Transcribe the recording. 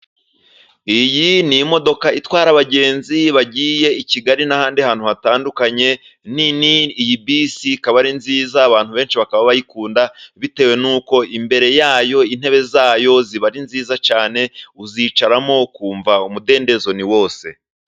Iyi ni imodoka itwara abagenzi bagiye i Kigali n'ahandi hantu hatandukanye nini . Iyi bisi ikaba ari nziza , abantu benshi bakaba bayikunda bitewe n'uko imbere yayo intebe zayo ziba ari nziza cyane , uzicaramo ukumva umudendezo ni wose.